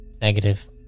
Negative